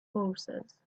horses